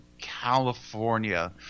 California